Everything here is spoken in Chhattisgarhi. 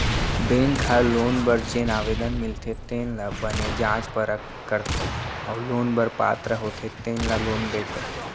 बेंक ह लोन बर जेन आवेदन मिलथे तेन ल बने जाँच परख करथे अउ लोन बर पात्र होथे तेन ल लोन देथे